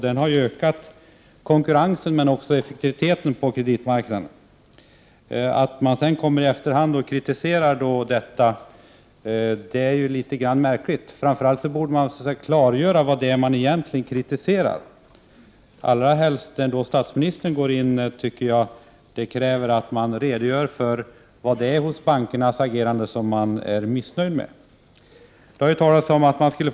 Den har ökat konkurrensen men också effektiviteten på kreditmarknaden. Därför är det litet märkligt att den kritiseras i efterhand. Framför allt bör man klargöra vad man egentligen kritiserar. Vad är det t.ex. som statsministern är missnöjd med i fråga om bankernas agerande? Det har talats om nya aktörer på bankmarknaden.